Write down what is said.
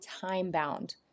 time-bound